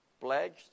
Pledged